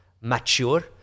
mature